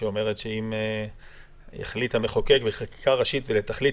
שאומרת שאם החליט המחוקק בחקיקה ראשית ולתכלית